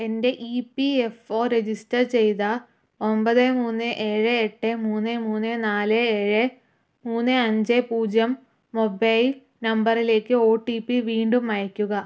എൻ്റെ E P F O register ചെയ്ത ഒമ്പത് മൂന്ന് ഏഴ് എട്ട് മൂന്ന് മൂന്ന് നാല് ഏഴ് മൂന്ന് അഞ്ച് പൂജ്യം മൊബൈൽ നമ്പറിലേക്ക് ഒ ടി പി വീണ്ടും അയയ്ക്കുക